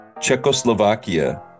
Czechoslovakia